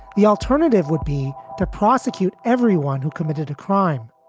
the alternative would be to prosecute everyone who committed a crime.